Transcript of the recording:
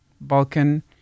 Balkan